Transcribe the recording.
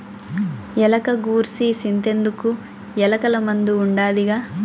ఎలక గూర్సి సింతెందుకు, ఎలకల మందు ఉండాదిగా